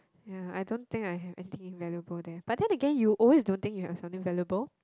ya I don't think I have anything valuable there but then again you always don't think you have something valuable